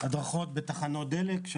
הדרכות בתחנות דלק,